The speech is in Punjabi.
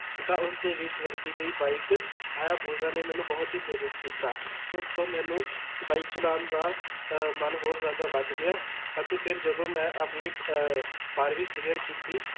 ਤਾਂ ਉਸ ਦੇ ਵਿੱਚ ਵਰਤੀ ਗਈ ਬਾਈਕ ਹਾਯਾਬੁਸਾ ਨੇ ਮੈਨੂੰ ਬਹੁਤ ਹੀ ਪ੍ਰੇਰਿਤ ਕੀਤਾ ਉਸ ਤੋਂ ਮੈਨੂੰ ਬਾਈਕ ਚਲਾਉਣ ਦਾ ਮਨ ਹੋਰ ਜ਼ਿਆਦਾ ਵੱਧ ਗਿਆ ਅਤੇ ਫਿਰ ਜਦੋਂ ਮੈਂ ਆਪਣੀ ਬਾਰ੍ਹਵੀਂ ਕਲੀਅਰ ਕੀਤੀ